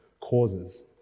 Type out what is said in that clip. causes